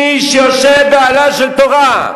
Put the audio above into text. מי שיושב באוהלה של תורה,